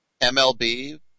MLB